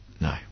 No